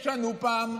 ישנו פעם,